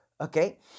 okay